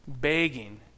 begging